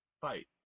fight